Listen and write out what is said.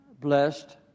blessed